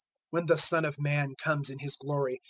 when the son of man comes in his glory,